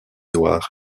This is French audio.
noir